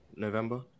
November